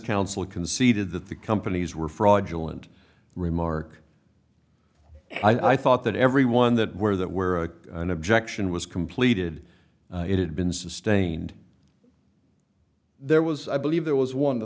counsel conceded that the companies were fraudulent remark i thought that everyone that were that were an objection was completed it had been sustained there was i believe there was one